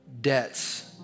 debts